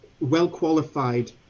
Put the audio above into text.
well-qualified